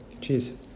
cheers